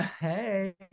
Hey